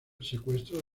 secuestro